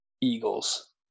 Eagles